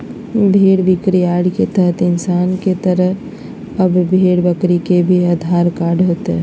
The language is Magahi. भेड़ बिक्रीयार्ड के तहत इंसान के तरह अब भेड़ बकरी के भी आधार कार्ड होतय